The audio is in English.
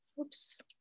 oops